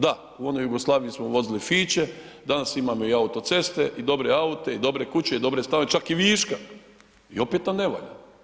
Da u onoj Jugoslaviji smo vozili fiće, danas imamo i autoceste i dobre aute i dobre kuće i dobre stanove, čak i viška i opet nam ne valja.